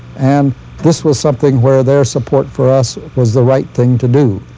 and this was something where their support for us was the right thing to do.